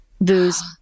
booze